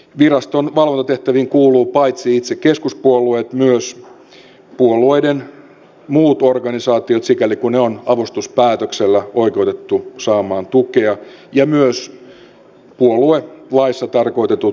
viraston valvontatehtäviin kuuluvat paitsi itse keskuspuolueet myös puolueiden muut organisaatiot sikäli kuin ne on avustuspäätöksellä oikeutettu saamaan tukea ja myös puoluelaissa tarkoitetut lähiyhteisöt